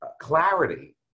clarity